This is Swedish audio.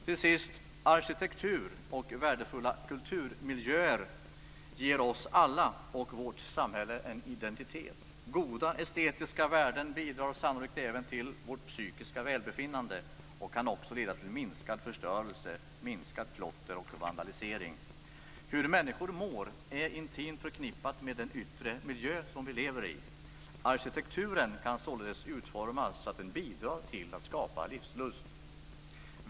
Till sist vill jag säga att arkitektur och värdefulla kulturmiljöer ger oss alla och vårt samhälle en identitet. Goda estetiska värden bidrar sannolikt även till vårt psykiska välbefinnande och kan också leda till minskad förstörelse, minskat klotter och minskad vandalisering. Hur vi människor mår är intimt förknippat med den yttre miljö som vi lever i. Arkitekturen kan således utformas så att den bidrar till att skapa livslust.